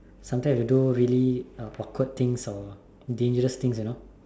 sometimes you'll do really uh awkward things or dangerous things you know